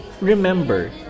remember